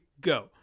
go